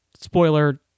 spoiler